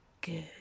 Good